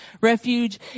refuge